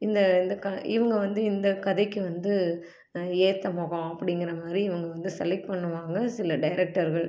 இந்த இந்த க இவங்க வந்து இந்த கதைக்கு வந்து ஏற்ற முகம் அப்படிங்கிற மாதிரி இவங்க வந்து செலெக்ட் பண்ணுவாங்க சில டைரெக்டர்கள்